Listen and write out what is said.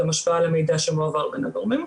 גם השפעה על המידע שמועבר בין הגורמים.